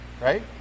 Right